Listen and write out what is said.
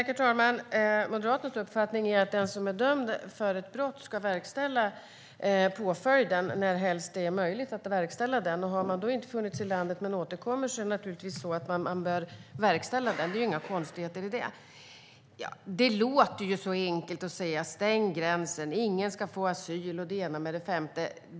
Herr talman! Moderaternas uppfattning är att en påföljd ska verkställas för den som är dömd för ett brott närhelst det är möjligt. Har man då inte befunnit sig i landet men återkommer bör påföljden naturligtvis verkställas. Det är inga konstigheter i det. Det låter så enkelt att vi ska stänga gränsen, att ingen ska få asyl och det ena med det femte.